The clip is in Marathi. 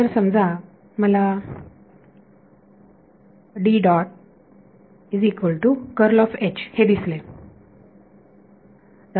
जर समजा मला हे दिसले